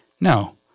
no